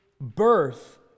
birth